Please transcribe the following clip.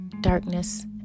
Darkness